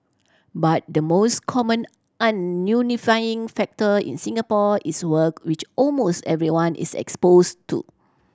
but the most common unifying factor in Singapore is work which almost everyone is expose to